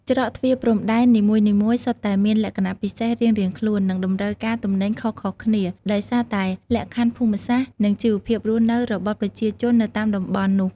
ច្រកទ្វារព្រំដែននីមួយៗសុទ្ធតែមាន លក្ខណៈពិសេសរៀងៗខ្លួន និងតម្រូវការទំនិញខុសៗគ្នា ដោយសារតែលក្ខខណ្ឌភូមិសាស្ត្រ និងជីវភាពរស់នៅរបស់ប្រជាជននៅតាមតំបន់នោះ។